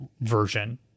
version